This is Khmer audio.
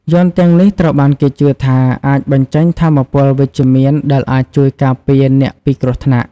យ័ន្តទាំងនេះត្រូវបានគេជឿថាអាចបញ្ចេញថាមពលវិជ្ជមានដែលអាចជួយការពារអ្នកពីគ្រោះថ្នាក់។